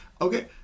Okay